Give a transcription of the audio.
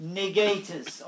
negators